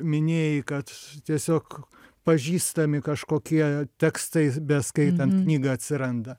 minėjai kad tiesiog pažįstami kažkokie tekstai beskaitant knygą atsiranda